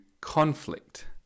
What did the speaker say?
conflict